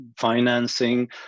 financing